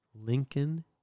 Lincoln